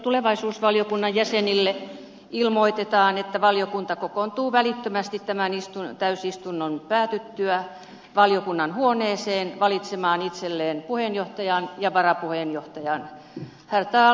tulevaisuusvaliokunnan jäsenille ilmoitetaan että valiokunta kokoontuu välittömästi tämän täysistunnon päätyttyä valiokunnan huoneeseen valitsemaan itselleen puheenjohtajan ja varapuheenjohtajan